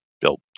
built